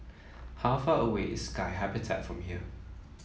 how far away is Sky Habitat from here